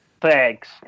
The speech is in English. Thanks